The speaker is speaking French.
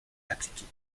appliquée